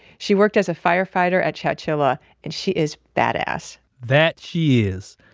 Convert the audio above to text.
she worked as a firefighter at chowchilla, and she is badass that she is.